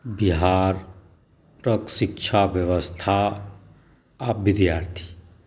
बिहारक शिक्षा व्यवस्था आ विद्यार्थी